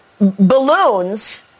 balloons